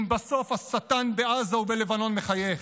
אם בסוף השטן בעזה ובלבנון מחייך.